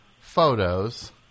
photos